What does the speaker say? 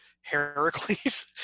Heracles